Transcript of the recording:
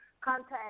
contact